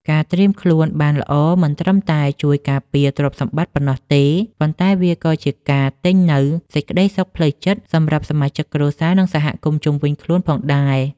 ការត្រៀមខ្លួនបានល្អមិនត្រឹមតែជួយការពារទ្រព្យសម្បត្តិប៉ុណ្ណោះទេ ប៉ុន្តែវាក៏ជាការទិញនូវសេចក្តីសុខផ្លូវចិត្តសម្រាប់សមាជិកគ្រួសារ និងសហគមន៍ជុំវិញខ្លួនផងដែរ។